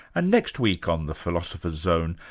ah next week on the philosopher's zone,